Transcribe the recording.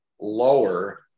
lower